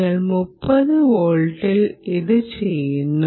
നിങ്ങൾ 30 വോൾട്ടിനും ഇത് ചെയ്യുന്നു